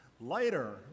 Later